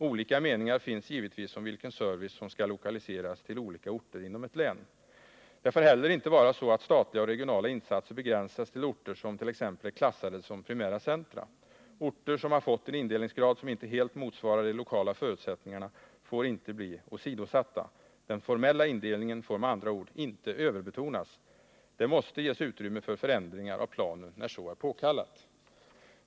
Olika meningar finns givetvis om vilken service som skall lokaliseras till olika orter inom ett län. Det får heller inte vara så att statliga och regionala insatser begränsas till orter som t.ex. är klassade som primära centra. Orter som fått en indelningsgrad som inte helt motsvarar de lokala förutsättningarna får inte bli åsidosatta. Den formella indelningen får med andra ord inte överbetonas. Det måste ges utrymme för förändringar av planen när så är påkallat.